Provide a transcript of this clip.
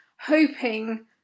hoping